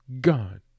gone